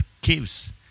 caves